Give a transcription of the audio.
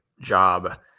job